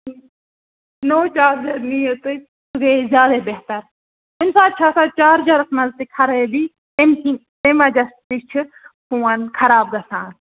نوٚو چارجَر نِیو تُہۍ سُہ گٔیے زیادَے بہتر کُنہِ ساتہٕ چھِ آسان چارجَرَس منٛز تہِ خرٲبی اَمہِ کِنۍ تمہِ وَجہ تہِ چھِ فون خراب گژھان